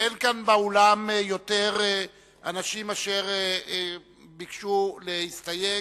אין כאן באולם יותר אנשים אשר ביקשו להסתייג,